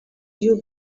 you